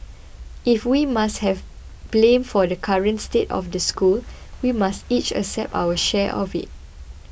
if we must have blame for the current state of the school we must each accept our share of it